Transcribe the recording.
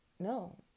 No